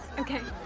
okay.